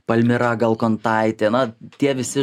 palmira galkontaitė na tie visi